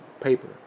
paper